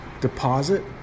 Deposit